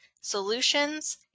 solutions